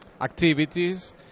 activities